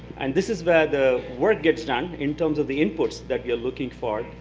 and this is where the work gets done in terms of the inputs that we are looking for.